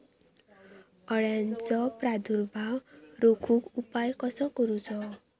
अळ्यांचो प्रादुर्भाव रोखुक उपाय कसो करूचो?